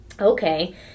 okay